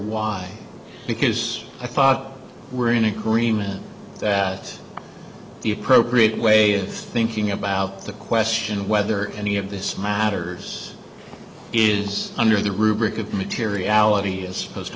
why because i thought we're in agreement that the appropriate way of thinking about the question of whether any of this matters is under the rubric of materiality a supposed